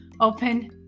open